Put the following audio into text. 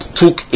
took